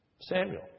Samuel